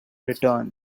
return